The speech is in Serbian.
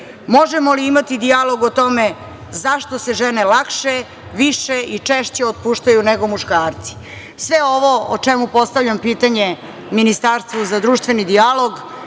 meseci? Možemo li imati dijalog o tome, zašto se žene lakše, više i češće otpuštaju nego muškarci? Sve ovo o čemu postavljam pitanje Ministarstvu za društveni dijalog,